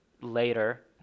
later